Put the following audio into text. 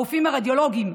הרופאים הרדיולוגיים,